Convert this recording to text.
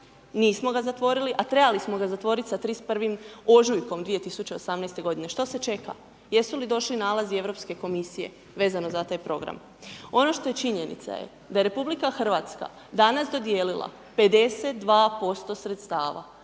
nismo ga zatvorili, a trebali smo ga zatvoriti sa 31. ožujkom 2018. godine. Što se čeka? Jesu li došli nalazi Europske komisije vezano za taj Program? Ono što je činjenica, je, da Republika Hrvatska danas dodijelila 52% sredstava,